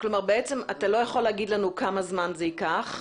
אז בעצם אתה לא יכול להגיד לנו כמה זמן זה ייקח,